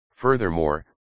Furthermore